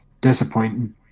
Disappointing